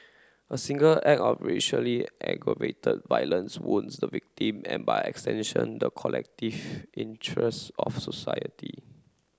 a single act of racially aggravated violence wounds the victim and by extension the collective interest of society